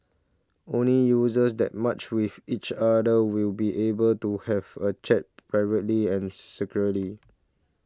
only users that matched with each other will be able to have a chat privately and secretly